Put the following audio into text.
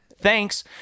thanks